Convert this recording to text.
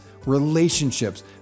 Relationships